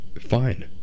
fine